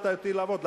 ועודדת אותי לעבוד,